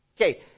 Okay